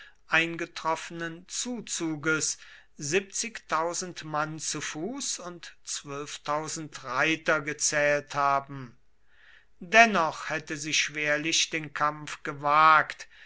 eingetroffenen zuzuges mann zu fuß und reiter gezählt haben dennoch hätte sie schwerlich den kampf gewagt